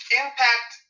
impact